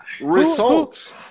results